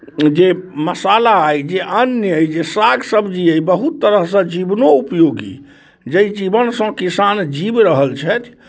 जे मसाला अइ जे अन्न अइ जे साग सब्जी अइ बहुत तरहसँ जीवनो उपयोगी जाहि जीवनसँ किसान जीवि रहल छथि